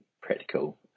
practical